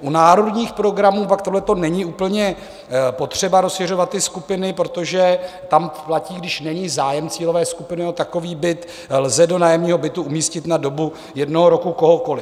U národních programů pak není úplně potřeba rozšiřovat ty skupiny, protože tam platí, když není zájem cílové skupiny o takový byt, lze do nájemního bytu umístit na dobu jednoho roku kohokoli.